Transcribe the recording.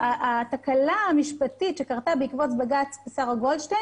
התקלה המשפטית שקרתה בעקבות בג"צ שרה גולדשטיין